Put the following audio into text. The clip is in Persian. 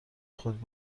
خود